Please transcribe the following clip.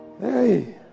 Hey